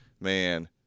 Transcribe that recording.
Man